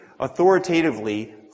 authoritatively